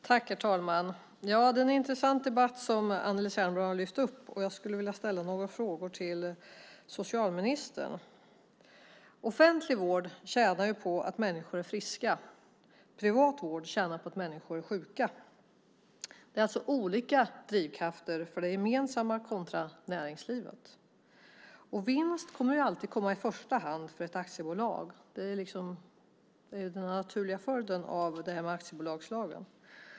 Herr talman! Det är en intressant debatt som Anneli Särnblad har lyft upp, och jag skulle vilja ställa några frågor till socialministern. Offentlig vård tjänar på att människor är friska. Privat vård tjänar på att människor är sjuka. Det är alltså olika drivkrafter för det gemensamma kontra näringslivet. Vinst kommer alltid att komma i första hand för ett aktiebolag. Det är den naturliga följden av aktiebolagslagen.